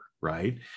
Right